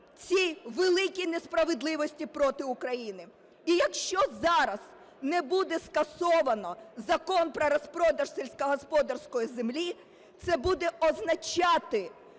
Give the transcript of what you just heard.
цій великій несправедливості проти України. І якщо зараз не буде скасовано закон про розпродаж сільськогосподарської землі, це буде означати,